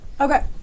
Okay